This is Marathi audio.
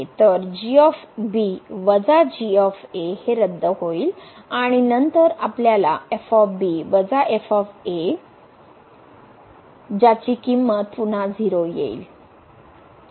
तर हे रद्द होईल आणि नंतर आपल्याला वजा ज्याची किंमत पुन्हा 0 होईल